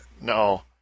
no